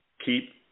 Keep